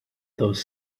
those